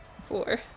four